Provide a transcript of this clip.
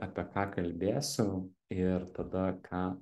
apie ką kalbėsiu ir tada ką